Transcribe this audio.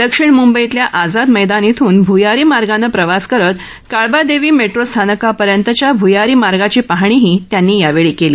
दक्षिण मुंबईतल्या आझाद मैदान इथून भुयारी मार्गानं प्रवास करत काळबादेवी मेट्रो स्थानकापर्यंतच्या भूयारी मार्गाची पाहणीही त्यांनी यावेळी केली